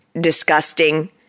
Disgusting